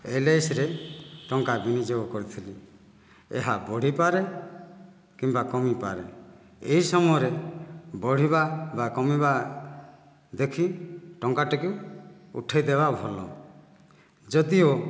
ଏଲଆଇସିରେ ଟଙ୍କା ବିନିଯୋଗ କରିଥିଲି ଏହା ବଢ଼ିପାରେ କିମ୍ବା କମିପାରେ ଏହି ସମୟରେ ବଢ଼ିବା ବା କମିବା ଦେଖି ଟଙ୍କାଟିକୁ ଉଠେଇଦେବା ଭଲ ଯଦିଓ